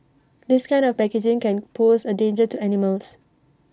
this kind of packaging can pose A danger to animals